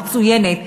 המצוינת,